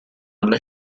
alla